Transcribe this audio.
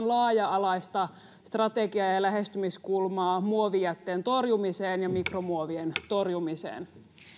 laaja alaista strategiaa ja ja lähestymiskulmaa muovijätteen torjumiseen ja mikromuovien torjumiseen